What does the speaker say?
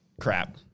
crap